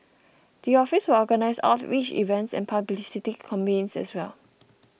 the office will organise outreach events and publicity campaigns as well